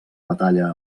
batalla